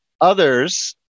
others